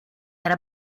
era